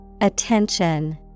Attention